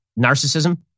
narcissism